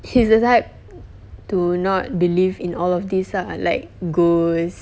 he's the type to not believe in all of these are like ghosts